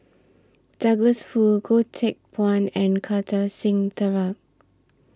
Douglas Foo Goh Teck Phuan and Kartar Singh Thakral